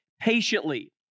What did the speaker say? patiently